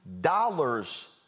dollars